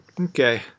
Okay